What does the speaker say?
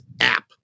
app